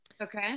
Okay